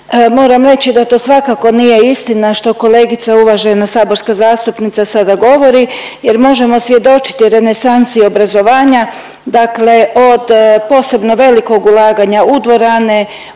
moram reći da to svakako nije istina što kolegica uvažena saborska zastupnica sada govori jer možemo svjedočiti o renesansi obrazovanja. Dakle, od posebno velikog ulaganja u dvorane,